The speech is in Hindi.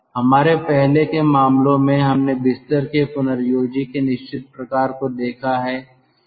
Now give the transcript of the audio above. हमारे पहले के मामलों में हमने बिस्तर के पुनर्योजी के निश्चित प्रकार को देखा है